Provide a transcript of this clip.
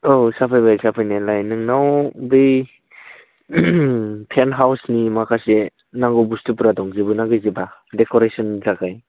औ साफायबाय साफायनायालाय नोंनाव बै टेन हाउसनि माखासे नांगौ बस्थुफोरा दंजोबो ना गैजोबा देक'रेसननि थाखाय